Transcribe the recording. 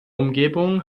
umgebung